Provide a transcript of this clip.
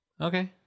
okay